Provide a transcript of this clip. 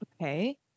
Okay